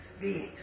beings